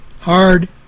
hard